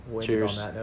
Cheers